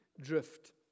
drift